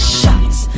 shots